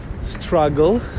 struggle